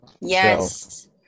Yes